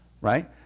right